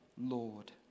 Lord